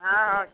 हँ हँ